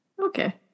Okay